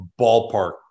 ballpark